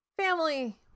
Family